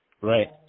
Right